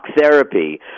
therapy